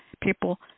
people